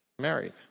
married